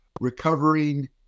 recovering